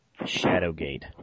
Shadowgate